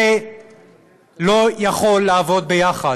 זה לא יכול לעבוד ביחד.